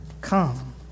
come